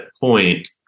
point